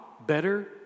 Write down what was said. better